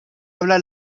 habla